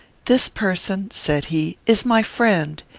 this person, said he, is my friend.